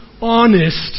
honest